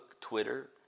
Twitter